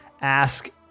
ask